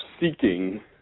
seeking